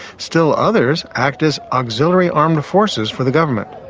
still others act as auxiliary armed forces for the government.